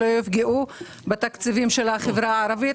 שלא יפגעו בתקציבים של החברה הערבית,